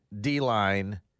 D-line